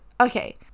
okay